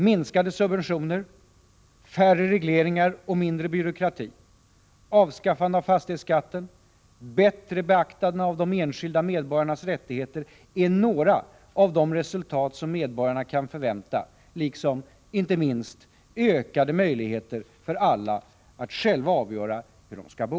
Minskade subventioner, färre regleringar och mindre byråkrati, avskaffande av fastighetsskatten och bättre beaktande av de enskilda medborgarnas rättigheter är några av de resultat som medborgarna kan förvänta liksom — inte minst — ökade möjligheter för alla att själva avgöra hur de skall bo.